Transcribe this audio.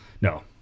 No